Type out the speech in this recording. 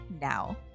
now